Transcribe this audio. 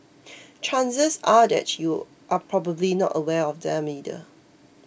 chances are that you're probably not aware of them either